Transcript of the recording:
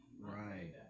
Right